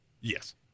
Yes